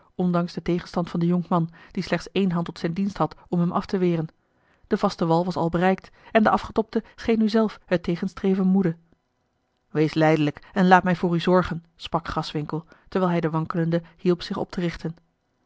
ondanks den tegenstand van den jonkman die slechts ééne hand tot zijn dienst had om hem af te weren de vaste wal was al bereikt en de afgetobde scheen nu zelf het tegenstreven moede wees lijdelijk en laat mij voor u zorgen sprak graswinckel terwijl hij den wankelende hielp zich op te richten